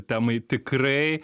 temai tikrai